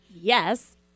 yes